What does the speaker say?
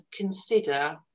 consider